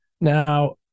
now